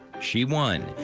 she won,